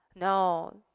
No